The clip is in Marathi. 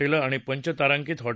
किं आणि पंचतारांकित हॉ